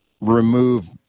remove